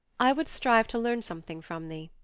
i would strive to learn something from thee.